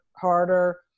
Harder